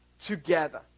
together